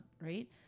Right